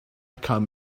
come